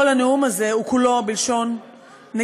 כל הנאום הזה הוא כולו בלשון נקבה,